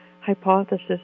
hypothesis